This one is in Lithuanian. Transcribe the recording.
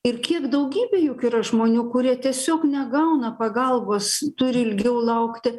ir kiek daugybė juk yra žmonių kurie tiesiog negauna pagalbos turi ilgiau laukti